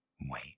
wait